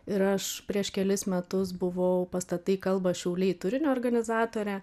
ir aš prieš kelis metus buvau pastatai kalba šiauliai turinio organizatore